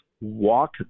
walk